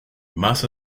más